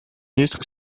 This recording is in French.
ministre